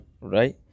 right